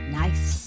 nice